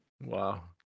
Wow